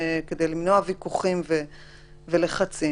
כדי למנוע ויכוחים ולחצים,